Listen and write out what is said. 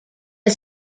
est